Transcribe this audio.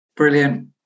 Brilliant